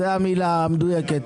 זאת המילה המדויקת.